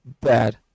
bad